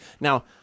Now